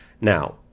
now